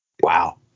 Wow